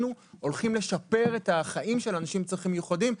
יכולים לשפר את החיים של אנשים עם צרכים מיוחדים.